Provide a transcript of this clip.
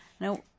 Now